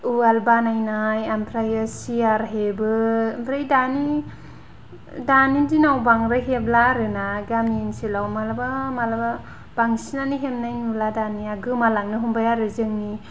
उवाल बानायनाय ओमफ्रायहाय चेयार हेबो ओमफ्राय दानि दानि दिनाव बांद्राय हेब्ला आरो ना गामि ओनसोलाव मालाबा मालाबा बांसिनानो हेबनाय नुला दानिया गोमालांनो हमबाय आरो जोंनि